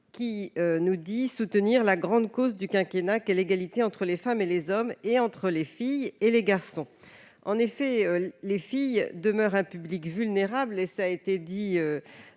2 intitulée « Soutenir la grande cause du quinquennat qu'est l'égalité entre les femmes et les hommes et entre les filles et les garçons ». En effet, les filles demeurent un public vulnérable parmi